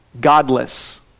godless